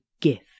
gift